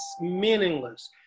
meaningless